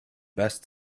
best